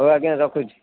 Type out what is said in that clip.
ହଉ ଆଜ୍ଞା ରଖୁଛି